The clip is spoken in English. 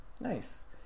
Nice